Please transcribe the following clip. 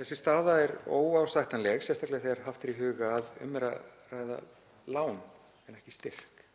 Þessi staða er óásættanleg, sérstaklega þegar haft er í huga að um er að ræða lán en ekki styrk.